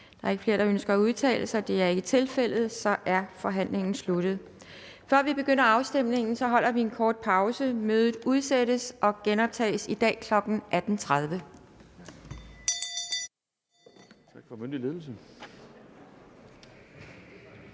Er der flere, der ønsker at udtale sig? Det er ikke tilfældet. Så er forhandlingen sluttet. Før vi begynder afstemningen, holder vi en kort pause. Mødet udsættes og genoptages i dag kl. 18.30.